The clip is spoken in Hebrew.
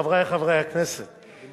חברי חברי הכנסת,